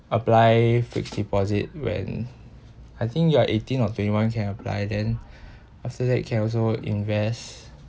apply fixed deposit when I think you are eighteen or twenty one can apply then after that you can also invest